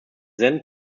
then